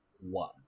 one